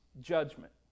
judgment